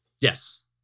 Yes